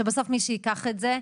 שבסוף מי שיקח את זה,